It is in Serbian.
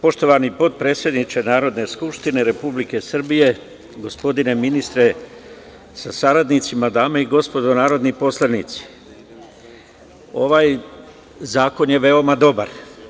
Poštovani potpredsedniče Narodne skupštine Republike Srbije, gospodine ministre sa saradnicima, dame i gospodo narodni poslanici, ovaj zakon je veoma dobar.